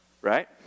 right